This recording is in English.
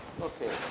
Okay